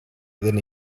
than